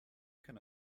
can